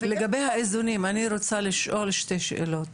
לגבי האיזונים אני רוצה לשאול שתי שאלות.